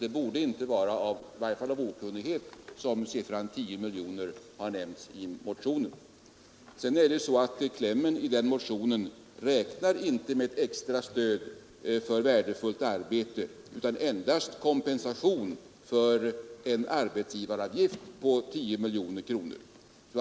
Det borde alltså i varje fall inte vara av okunnighet som beloppet 10 miljoner kronor har nämnts i motionen. Vidare räknar man i motionens kläm inte med extra stöd för värdefullt arbete utan endast med kompensation för en arbetsgivaravgift på 10 miljoner kronor.